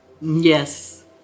Yes